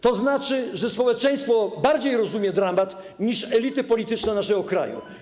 To znaczy, że społeczeństwo bardziej rozumie dramat niż elity polityczne naszego kraju.